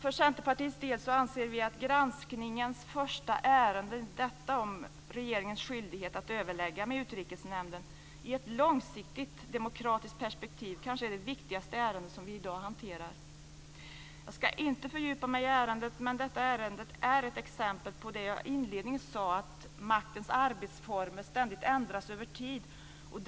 Vi i Centerpartiet anser att granskningens första ärende om regeringens skyldighet att överlägga med Utrikesnämnden i ett långsiktigt demokratiskt perspektiv kanske är det viktigaste ärendet som vi i dag hanterar. Jag ska inte fördjupa mig i ärendet, men det är ett exempel på det jag inledningsvis sade, nämligen att maktens arbetsformer ständigt ändras över tiden.